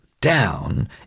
down